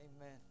Amen